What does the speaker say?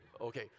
okay